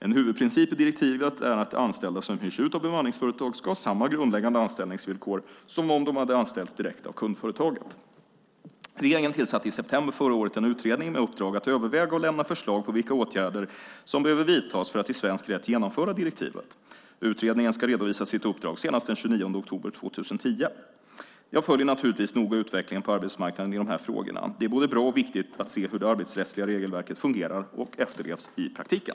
En huvudprincip i direktivet är att anställda som hyrs ut av bemanningsföretag ska ha samma grundläggande anställningsvillkor som om de hade anställts direkt av kundföretaget. Regeringen tillsatte i september förra året en utredning med uppdrag att överväga och lämna förslag på vilka åtgärder som behöver vidtas för att i svensk rätt genomföra direktivet. Utredaren ska redovisa sitt uppdrag senast den 29 oktober 2010. Jag följer naturligtvis noga utvecklingen på arbetsmarknaden i de här frågorna. Det är både bra och viktigt att se hur det arbetsrättsliga regelverket fungerar och efterlevs i praktiken.